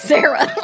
Sarah